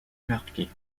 marquées